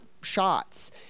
shots